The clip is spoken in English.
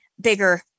bigger